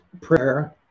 prayer